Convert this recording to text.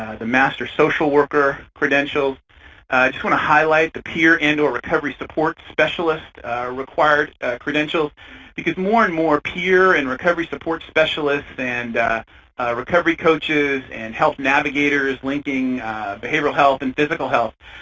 the master social workers credentials. i just want to highlight the peer and or recovery support specialist required credentials because more and more peer and recovery support specialists and recovery coaches and health navigators, linking behavioral health and physical health,